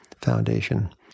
foundation